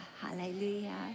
hallelujah